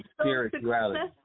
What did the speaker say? spirituality